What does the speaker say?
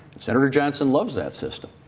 senator johnson loves that system.